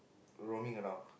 roaming around